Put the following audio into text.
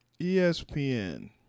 ESPN